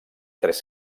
tres